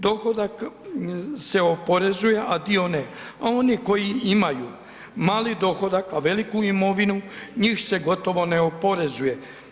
Dohodak se oporezuje, a dio ne, a oni koji imaju mali dohodak, a veliku imovinu, njih se gotovo ne oporezuje.